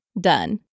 Done